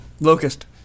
Locust